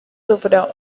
sufrió